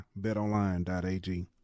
BetOnline.ag